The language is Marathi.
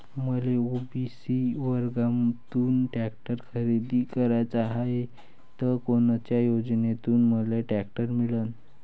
मले ओ.बी.सी वर्गातून टॅक्टर खरेदी कराचा हाये त कोनच्या योजनेतून मले टॅक्टर मिळन?